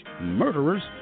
murderers